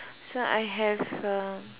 so I have uh